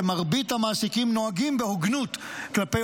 שמרבית המעסיקים נוהגים בהוגנות כלפי